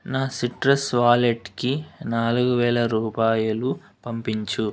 నా సిట్రస్ వాలెట్కి నాలుగు వేల రూపాయలు పంపించు